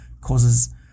causes